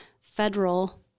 federal